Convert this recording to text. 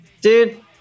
Dude